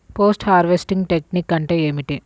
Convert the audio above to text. Post harvesting technique అంటే ఏమిటీ?